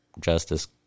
justice